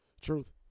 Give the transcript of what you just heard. Truth